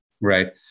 Right